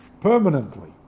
permanently